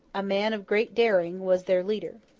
a man of great daring, was their leader.